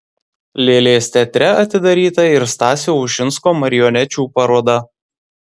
lėlės teatre atidaryta ir stasio ušinsko marionečių paroda